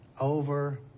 over